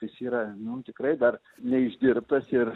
jis yra nu tikrai dar neišdirbtas ir